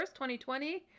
2020